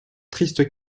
triste